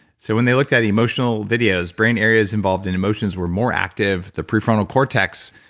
so when they looked at emotional videos brain areas involved in emotions were more active. the prefrontal cortex,